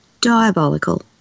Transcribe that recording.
diabolical